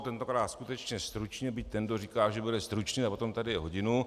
Tentokrát skutečně stručně, byť ten, kdo říká, že bude stručný, a potom tady je hodinu...